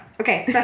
Okay